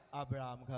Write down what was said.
Abraham